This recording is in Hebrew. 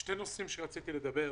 שני נושאים שרציתי לדבר עליהם.